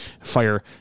fire